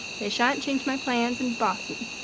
they sha'n't change my plans and boss me,